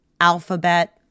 alphabet